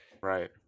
Right